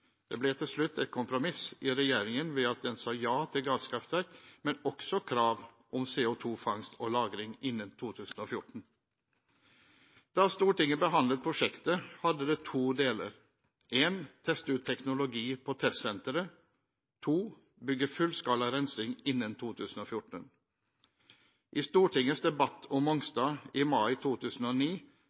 Det ble til slutt et kompromiss i regjeringen ved at en sa ja til gasskraft, men også satte krav om CO2-fangst og lagring innen 2014. Da Stortinget behandlet prosjektet, hadde det to deler: teste ut teknologi på testsenteret bygge fullskala rensing innen 2014 I Stortingets debatt om Mongstad i mai 2009